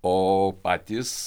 o patys